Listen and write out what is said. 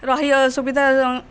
ରହି ସୁବିଧା